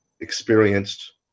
experienced